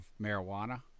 marijuana